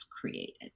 created